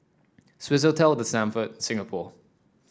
Swissotel The Stamford Singapore